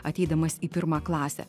ateidamas į pirmą klasę